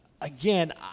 again